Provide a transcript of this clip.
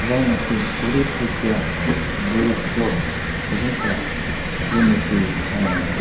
जायनिखि गरिब दुखिया दुरिथ्र' सुबुंफोरा जेनिखि